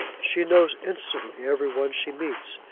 she knows instantly every one she meets,